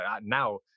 now